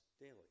daily